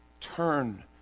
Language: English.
Turn